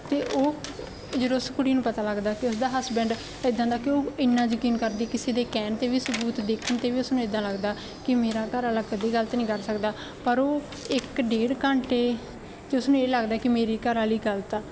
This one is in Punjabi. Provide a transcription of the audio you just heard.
ਅਤੇ ਉਹ ਜਦੋਂ ਉਸ ਕੁੜੀ ਨੂੰ ਪਤਾ ਲੱਗਦਾ ਕਿ ਉਸਦਾ ਹਸਬੈਂਡ ਇੱਦਾਂ ਦਾ ਕਿਉਂ ਇੰਨਾ ਯਕੀਨ ਕਰਦੀ ਕਿਸੇ ਦੇ ਕਹਿਣ 'ਤੇ ਵੀ ਸਬੂਤ ਦੇਖਣ 'ਤੇ ਵੀ ਉਸ ਨੂੰ ਇੱਦਾਂ ਲੱਗਦਾ ਕਿ ਮੇਰਾ ਘਰ ਵਾਲਾ ਕਦੇ ਗਲਤ ਨਹੀਂ ਕਰ ਸਕਦਾ ਪਰ ਉਹ ਇੱਕ ਡੇਢ ਘੰਟੇ 'ਤੇ ਉਸ ਨੂੰ ਇਹ ਲੱਗਦਾ ਕਿ ਮੇਰੀ ਘਰਵਾਲੀ ਗਲਤ ਆ